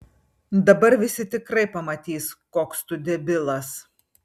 dabar visi tikrai pamatys koks tu debilas